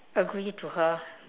agree to her